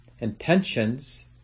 intentions